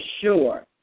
sure